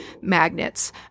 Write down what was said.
magnets